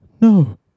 No